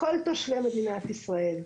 כל תושבי מדינת ישראל.